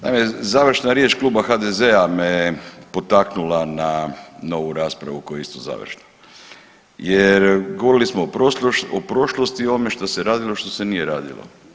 Naime, završna riječ kluba HDZ-a me potaknula na ovu raspravu koja je isto završna, jer govorili smo o prošlosti, o ovome što se radilo, što se nije radilo.